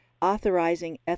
authorizing